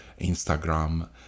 instagram